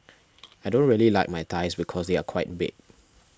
I don't really like my thighs because they are quite big